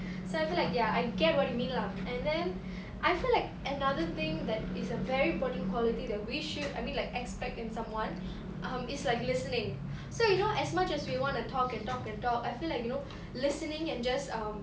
so I feel like ya I get what you mean lah and then I feel like another thing that is a very important quality that we should I mean like expect in someone um is like listening so you know as much as we want to talk and talk and talk I feel like you know listening and just um